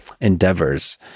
endeavors